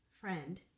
Friend